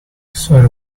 sorry